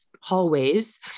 hallways